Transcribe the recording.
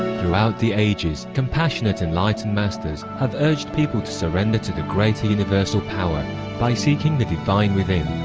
throughout the ages, compassionate enlightened masters have urged people to surrender to the greater universal power by seeking the divine within,